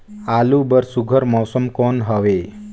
आलू बर सुघ्घर मौसम कौन हवे?